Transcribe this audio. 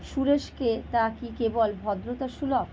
সুরেশকে তা কি কেবল ভদ্রতাসুলভ